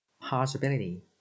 Possibility